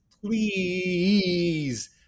please